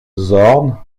zorn